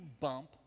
bump